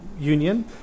union